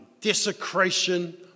desecration